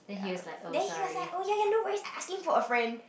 ya then he was like ya ya no worries I asking for a friend